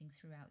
throughout